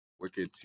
Wicked